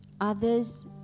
others